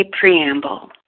Preamble